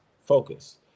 focus